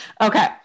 okay